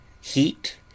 heat